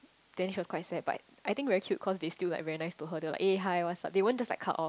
then she was quite sad but I think very cute cause they still like very nice to her they were like eh hi what's up they won't just like cut off